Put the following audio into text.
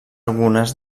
algunes